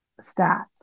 stats